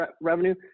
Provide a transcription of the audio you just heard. revenue